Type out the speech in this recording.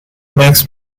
max